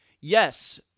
Yes